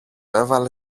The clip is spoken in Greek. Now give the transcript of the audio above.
έβαλε